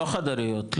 לא חד הוריות,